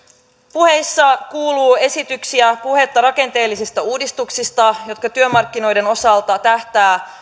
puheissa kuuluu esityksiä puhetta rakenteellisista uudistuksista jotka työmarkkinoiden osalta tähtäävät